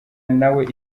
nawe